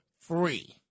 free